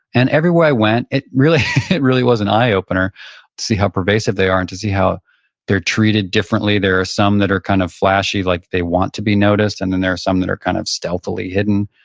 and everywhere i went, it really it really was an eye opener to see how pervasive they are and to see how they're treated differently. there are some that are kind of flashy like they want to be noticed. and then there are some that are kind of stealthily hidden